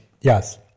Yes